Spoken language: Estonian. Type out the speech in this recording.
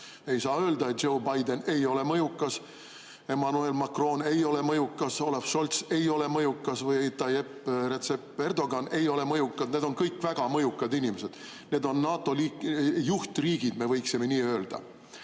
Ei saa öelda, et Joe Biden ei ole mõjukas, et Emmanuel Macron ei ole mõjukas, et Olaf Scholz ei ole mõjukas, et Recep Tayyip Erdoğan ei ole mõjukas – need on kõik väga mõjukad inimesed. Need on NATO juhtriigid, me võiksime nii öelda.